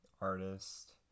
artist